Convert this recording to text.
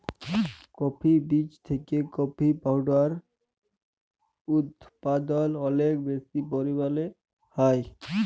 coffee বীজ থেকে coffee powder উদপাদল অলেক বেশি পরিমালে হ্যয়